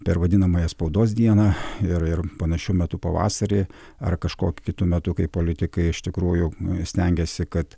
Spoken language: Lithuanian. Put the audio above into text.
per vadinamąją spaudos dieną ir ir panašiu metu pavasarį ar kažkokiu kitu metu kai politikai iš tikrųjų stengiasi kad